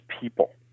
people